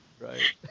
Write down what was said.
right